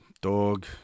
Dog